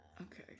Okay